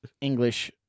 English